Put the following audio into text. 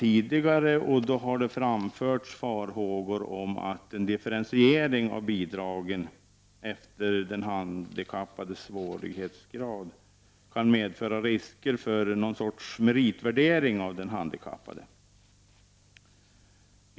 Det har då bl.a. framförts farhågor om att en differentiering av bidragen efter handikappets svårighetsgrad kan medföra risker för någon sorts meritvärdering av den handikappade.